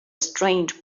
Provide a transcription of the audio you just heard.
strange